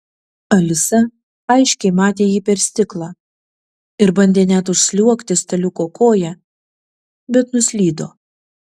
alisa aiškiai matė jį per stiklą ir bandė net užsliuogti staliuko koja bet nuslydo